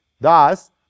Thus